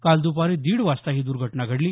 काल दुपारी दीड वाजता ही दुर्घटना घडली